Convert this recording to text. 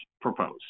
proposed